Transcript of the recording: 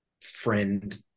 friend